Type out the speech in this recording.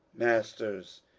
masters,